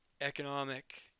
economic